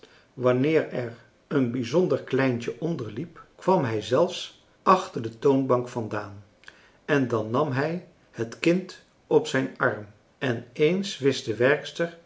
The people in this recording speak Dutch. wanneer er een bijzonder kleintje onder liep kwam hij zelfs achter de toonbank vandaan en dan nam hij het kind op zijn arm en eens wist de werkster